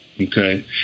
Okay